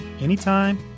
anytime